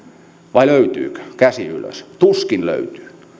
vai löytyykö käsi ylös tuskin löytyy